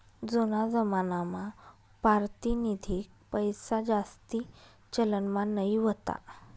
जूना जमानामा पारतिनिधिक पैसाजास्ती चलनमा नयी व्हता